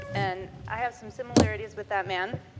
and i have some similarities with that man.